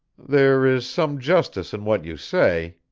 there is some justice in what you say,